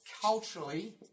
culturally